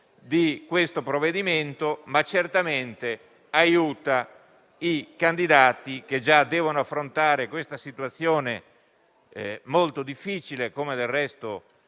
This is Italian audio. di questo provvedimento, ma certamente questo aiuta i candidati che già devono affrontare una situazione molto difficile, come del resto